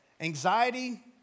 anxiety